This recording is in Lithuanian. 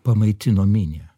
pamaitino minią